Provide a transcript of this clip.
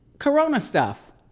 corona stuff,